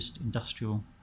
industrial